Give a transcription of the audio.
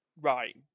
right